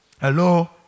Hello